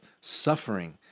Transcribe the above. suffering